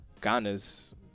Ghana's